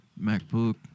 MacBook